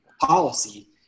policy